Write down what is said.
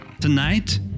Tonight